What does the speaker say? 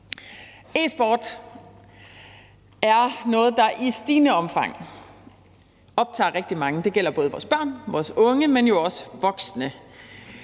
E-sport er noget, der i stigende omfang optager rigtig mange. Det gælder både vores børn og unge, men også voksne.